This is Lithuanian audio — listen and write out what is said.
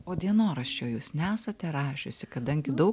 o dienoraščio jūs nesate rašiusi kadangi daug